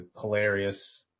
hilarious